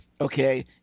okay